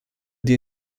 die